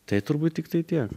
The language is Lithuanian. tai turbūt tiktai tiek